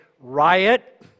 riot